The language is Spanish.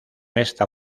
esta